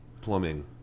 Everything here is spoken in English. plumbing